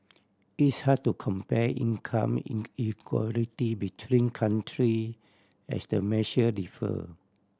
it's hard to compare income inequality between country as the measure differ